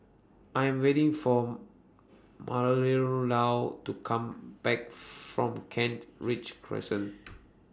I Am waiting For Marilou to Come Back from Kent Ridge Crescent